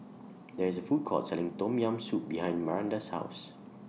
There IS A Food Court Selling Tom Yam Soup behind Maranda's House